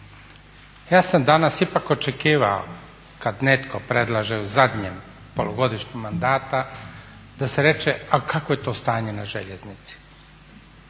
Ja sam danas ipak očekivao kad netko predlaže u zadnjem polugodištu mandata da se reče a kakvo je stanje na željeznici.